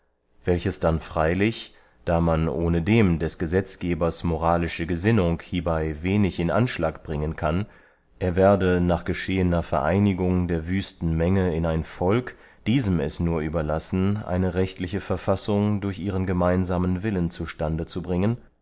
welches dann freylich da man ohnedem des gesetzgebers moralische gesinnung hiebey wenig in anschlag bringen kann er werde nach geschehener vereinigung der wüsten menge in ein volk diesem es nur überlassen eine rechtliche verfassung durch ihren gemeinsamen willen zu stande zu bringen